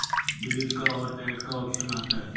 delete का और add का ऑप्शन आता है